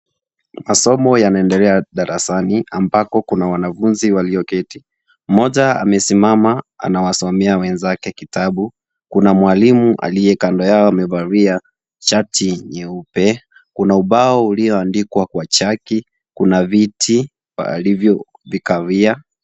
Masomo yanaendelea darasani, ambako kuna wanafunzi walioketi. Mmoja amesimama, anawasomea wenzake kitabu. Kuna mwalimu aliye kando yao amevalia shati nyeupe, kuna ubao ulioandikwa kwa chaki, una viti walivyo vikalia.